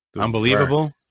Unbelievable